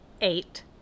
eight